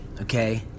okay